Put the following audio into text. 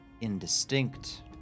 indistinct